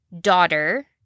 daughter